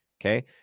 Okay